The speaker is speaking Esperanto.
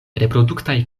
reproduktaj